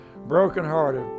Brokenhearted